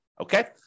Okay